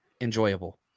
enjoyable